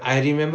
mm